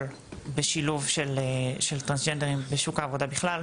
בשילוב של טרנסג'נדרים בשוק העבודה בכלל,